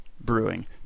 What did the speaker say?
Brewing